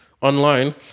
online